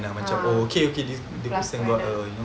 ah plus point ah